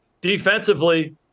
Defensively